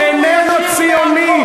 שהוא איננו ציוני,